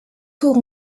tours